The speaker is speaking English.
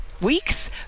week's